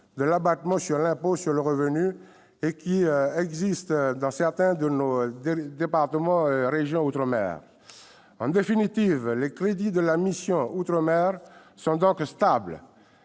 de l'abattement sur l'impôt sur le revenu applicable dans certains départements et régions d'outre-mer. En définitive, les crédits de la mission « Outre-mer » sont donc stables.